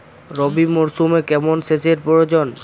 রবি মরশুমে কেমন সেচের প্রয়োজন?